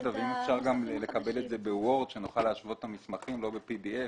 אם אפשר גם לקבל את זה ב-וורד כדי שנוכל להשוות את המסמכים ולא ב-PDF.